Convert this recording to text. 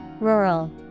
Rural